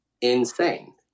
insane